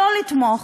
לא לתמוך.